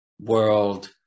world